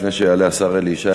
לפני שיעלה השר אלי ישי,